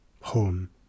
home